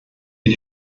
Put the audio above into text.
wir